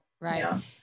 Right